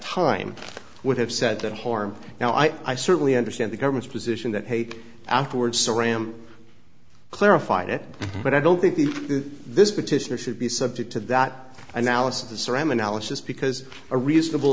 time i would have said that harm now i certainly understand the government's position that hague afterwards saw rahm clarified it but i don't think the this petition or should be subject to that analysis or am analysis because a reasonable